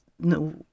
no